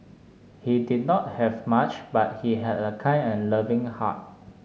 he did not have much but he had a kind and loving heart